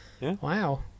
Wow